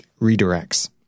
redirects